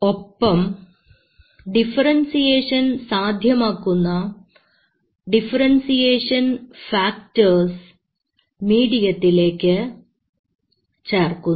ഒപ്പം ഡിഫറെൻസിയേഷൻ സാധ്യമാക്കുന്ന differentiation factors മീഡിയത്തിലേക്ക് ചേർക്കുന്നു